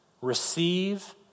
receive